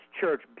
church